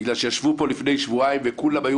בגלל שישבו פה לפני שבועיים וכולם היו